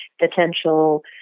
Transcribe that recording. potential